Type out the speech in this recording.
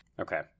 Okay